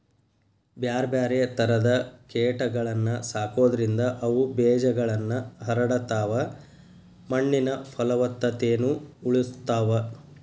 ಬ್ಯಾರ್ಬ್ಯಾರೇ ತರದ ಕೇಟಗಳನ್ನ ಸಾಕೋದ್ರಿಂದ ಅವು ಬೇಜಗಳನ್ನ ಹರಡತಾವ, ಮಣ್ಣಿನ ಪಲವತ್ತತೆನು ಉಳಸ್ತಾವ